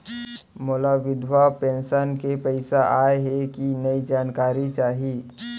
मोला विधवा पेंशन के पइसा आय हे कि नई जानकारी चाही?